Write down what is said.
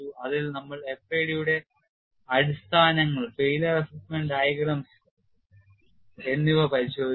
അതിൽ നമ്മൾ FAD യുടെ അടിസ്ഥാനങ്ങൾ failure assessment diagrams എന്നിവ പരിശോധിച്ചു